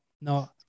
no